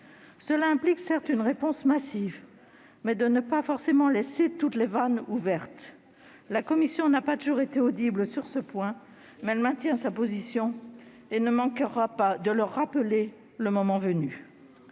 Cela implique certes une réponse massive, mais pas forcément de laisser toutes les vannes ouvertes. La commission n'a pas toujours été audible sur ce point, mais elle maintient sa position et ne manquera pas de la rappeler le moment venu.